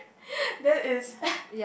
that is